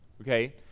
Okay